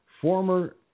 former